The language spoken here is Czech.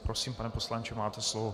prosím, pane poslanče, máte slovo.